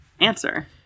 Answer